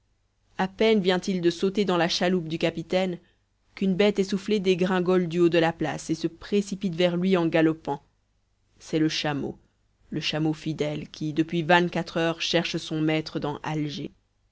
a peine vient-il de sauter dans la chaloupe du capitaine qu'une bête essoufflée dégringole du haut de la place et se précipite vers lui en galopant c'est le chameau le chameau fidèle qui depuis vingt-quatre heures cherche son maître dans alger